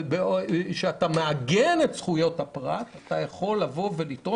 כשאתה מעגן את זכויות הפרט אתה יכול לטעון